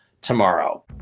tomorrow